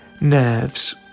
nerves